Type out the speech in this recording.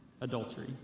adultery